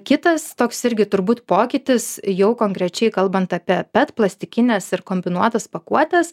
kitas toks irgi turbūt pokytis jau konkrečiai kalbant apie pet plastikines ir kombinuotas pakuotes